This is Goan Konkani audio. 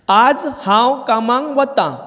आज हांव कामांक वतां